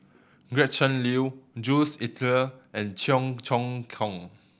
Gretchen Liu Jules Itier and Cheong Choong Kong